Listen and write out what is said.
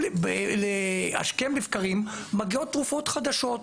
השכם לבקרים מגיעות תרופות חדשות.